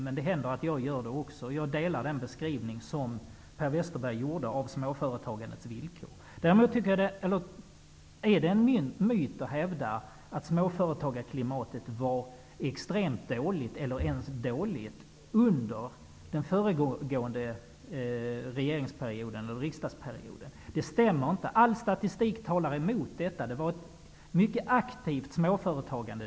Men det händer att också jag gör det, och jag delar den beskrivning som Per Westerberg gjorde av småföretagandets villkor. Däremot är det en myt att småförtagarklimatet var extremt dåligt eller ens dåligt under den föregående riksdagsperioden. Det stämmer inte. All statistik talar emot detta. Det förekom ett mycket aktivt småföretagande.